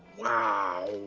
wow.